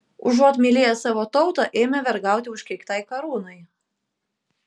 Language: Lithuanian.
užuot mylėję savo tautą ėmė vergauti užkeiktai karūnai